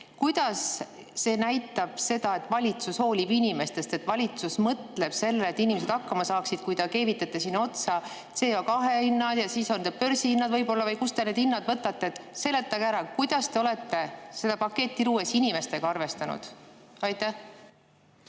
Kuidas see näitab seda, et valitsus hoolib inimestest, et valitsus mõtleb sellele, et inimesed hakkama saaksid, kui te keevitate otsa CO2-hinnad ja siis võib-olla börsihinnad? Kust te need hinnad võtate? Seletage ära, kuidas te olete seda paketti luues inimestega arvestanud.